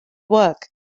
work